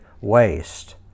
waste